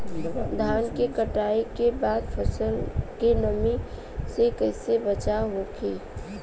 धान के कटाई के बाद फसल के नमी से कइसे बचाव होखि?